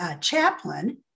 chaplain